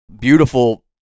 beautiful